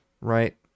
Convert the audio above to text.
right